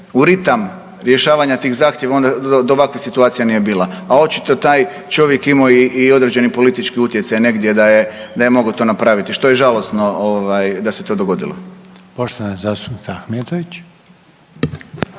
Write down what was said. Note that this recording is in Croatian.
u ritam rješavanja tih zahtjeva onda do ovakvih situacija nije bila, a očito je taj čovjek imao i određeni politički utjecaj negdje da je mogao to napraviti, što je žalosno ovaj da se to dogodilo.